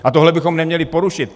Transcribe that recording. A tohle bychom neměli porušit.